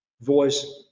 voice